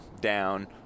down